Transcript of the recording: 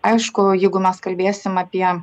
aišku jeigu mes kalbėsim apie